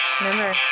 Remember